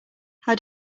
how